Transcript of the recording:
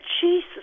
Jesus